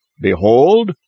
Behold